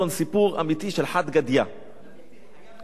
סיפור אמיתי של "חד גדיא" חייב להיות אמיתי.